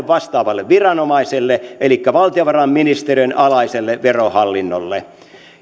vastaavalle viranomaiselle elikkä valtiovarainministeriön alaiselle verohallinnolle